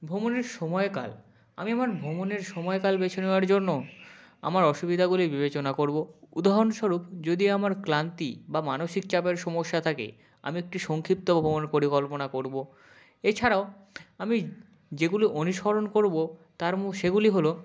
ভ্রমণের সময়কাল আমি আমার ভ্রমণের সময়কাল বেছে নেওয়ার জন্য আমার অসুবিদাগুলি বিবেচনা করবো উদাহরণস্বরূপ যদি আমার ক্লান্তি বা মানসিক চাপের সমস্যা থাকে আমি একটি সংক্ষিপ্ত ভ্রমণ পরিকল্পনা করবো এছাড়াও আমি যেগুলি অনুসরণ করবো তার মো সেগুলি হলো